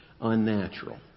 unnatural